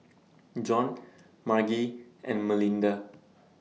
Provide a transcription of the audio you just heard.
Jon Margie and Melinda